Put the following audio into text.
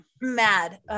Mad